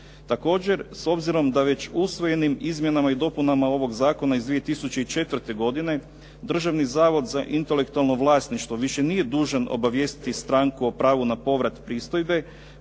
Također, s obzirom da već usvojenim izmjenama i dopunama ovog zakona iz 2004. godine Državni zavod za intelektualno vlasništvo više nije dužan obavijestiti stranku o pravu na povrat pristojbe